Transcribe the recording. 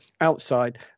outside